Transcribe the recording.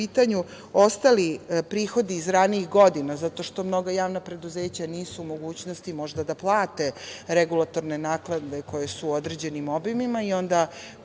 u pitanju ostali prihodi iz ranijih godina, zato što mnoga javna preduzeća nisu u mogućnosti možda da plate regulatorne naknade koje su u određenim obimima i onda